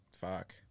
fuck